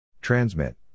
Transmit